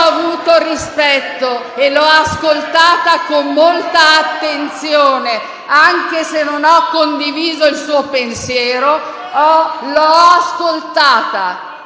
ho avuto rispetto e l'ho ascoltata con molta attenzione. Anche se non ho condiviso il suo pensiero, l'ho ascoltata.